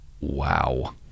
Wow